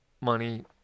money